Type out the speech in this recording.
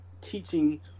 teaching